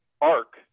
arc